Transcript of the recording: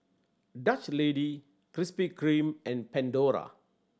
Dutch Lady Krispy Kreme and Pandora